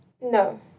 No